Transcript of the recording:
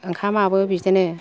ओंखामआबो बिदिनो